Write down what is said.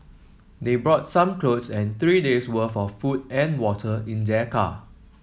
they brought some clothe and three day's worth of food and water in their car